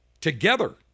together